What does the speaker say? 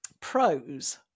pros